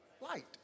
light